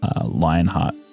Lionheart